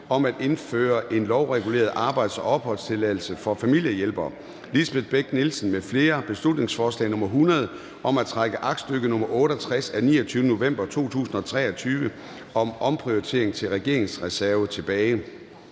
om at indføre en lovreguleret arbejds- og opholdsordning for familiehjælpere). Lisbeth Bech-Nielsen (SF) m.fl.: Beslutningsforslag nr. B 100 (Forslag til folketingsbeslutning om at trække aktstykke nr. 68 af 29. november 2023 om omprioritering til regeringsreserve tilbage).